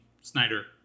Snyder